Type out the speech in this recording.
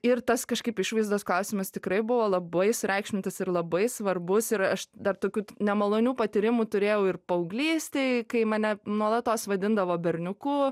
ir tas kažkaip išvaizdos klausimas tikrai buvo labai sureikšmintas ir labai svarbus ir aš dar tokių nemalonių patyrimų turėjau ir paauglystėj kai mane nuolatos vadindavo berniuku